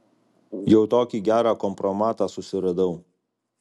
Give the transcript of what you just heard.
jau tokį gerą kompromatą susiradau